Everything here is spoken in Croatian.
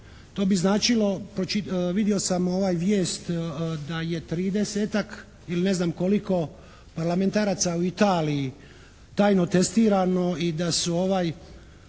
To bi značilo, pročitao, vidio sam vijest da je 30-ak ili ne znam koliko parlamentaraca u Italiji tajno testirano i da su